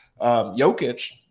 Jokic